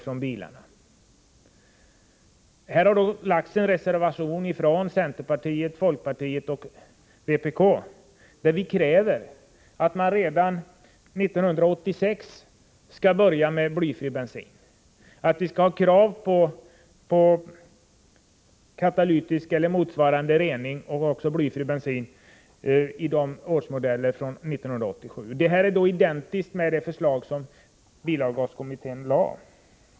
Det finns en reservation från centerpartiet, folkpartiet och vpk, vari krävs att man redan 1986 skall börja med blyfri bensin samt att katalytisk eller motsvarande avgasrening skall införas fr.o.m. 1987 års bilmodeller. Detta förslag är identiskt méd det förslag som bilavgaskommittén har framlagt.